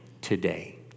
today